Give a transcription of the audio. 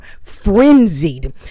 frenzied